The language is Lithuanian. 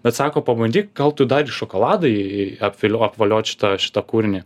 bet sako pabandyk gal tu dar į šokoladą į į apvilio apvoliot šitą šitą kūrinį